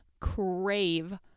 crave